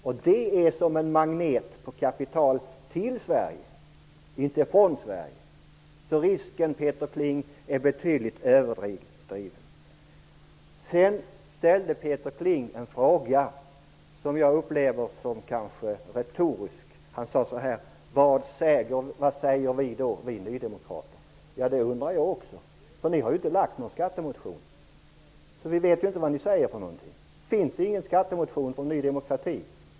Den fungerar som en magnet för kapital till Sverige och inte från Sverige. Risken är betydligt överdriven, Peter Kling. Peter Kling ställde en fråga som jag upplevde som något retorisk. Han sade: Vad säger då vi nydemokrater? Det undrar jag också. Ni har ju inte lämnat in någon skattemotion, så vi vet ju inte vad ni säger för något. Finns det ingen skattemotion från Ny demokrati?